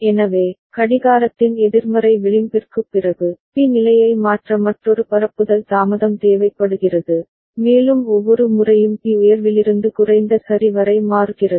எனவே கடிகாரத்தின் எதிர்மறை விளிம்பிற்குப் பிறகு பி நிலையை மாற்ற மற்றொரு பரப்புதல் தாமதம் தேவைப்படுகிறது மேலும் ஒவ்வொரு முறையும் பி உயர்விலிருந்து குறைந்த சரி வரை மாறுகிறது